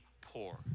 poor